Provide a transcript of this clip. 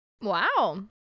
wow